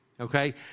okay